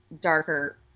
darker